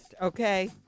Okay